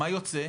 מה יוצא?